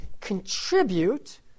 contribute